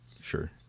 Sure